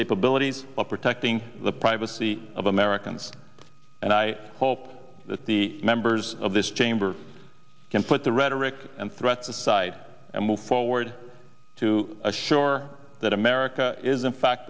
capabilities protecting the privacy of americans and i hope that the members of this chamber can put the rhetoric and threats aside and move forward to assure that america is in fact